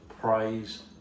praise